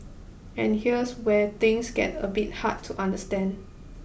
and here's where things get a bit hard to understand